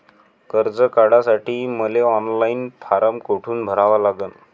कर्ज काढासाठी मले ऑनलाईन फारम कोठून भरावा लागन?